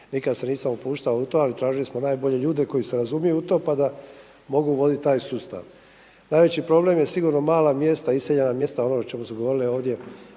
nikad se nisam upuštao u to ali tražili smo najbolje ljude koji se razumiju u to pa da mogu voditi taj sustav. Najveći problem je sigurno mala mjesta, iseljena mjesta ono o čemu su govorili ovdje